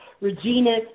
Regina